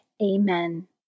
Amen